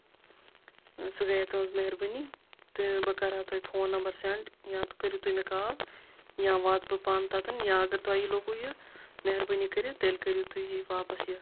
سُہ گٔیے تُہنٛز مہربٲنی تہٕ بہٕ کرٕ ہاو تۄہہِ فون نمبر سینٛڈ یا کٔرِو تُہۍ مےٚ کال یا واتہٕ بہٕ پانہٕ تتٮ۪ن یا اَگر تۄہہِ لوٚگوٗ یہِ مہربٲنی کٔرِتھ تیٚلہِ کٔرِو تُہۍ یہِ واپَس یہِ